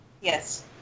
Yes